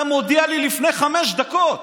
אתה מודיע לי לפני חמש דקות.